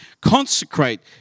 Consecrate